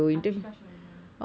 anushka sharma